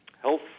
health